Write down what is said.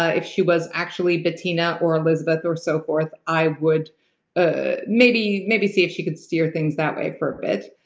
ah if she was actually bettina or elizabeth or so forth, i would ah maybe maybe see if she could steer things that way for bit.